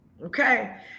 okay